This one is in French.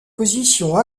position